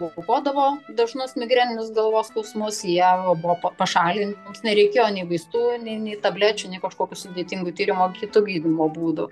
okupuodavo dažnus migreninius galvos skausmus jie buvo pa pašalinti mums nereikėjo nei vaistų nei nei tablečių nei kažkokių sudėtingų tyrimųar kitų gydymo būdų